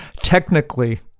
technically